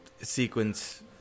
sequence